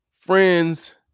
friends